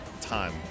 time